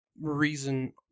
reason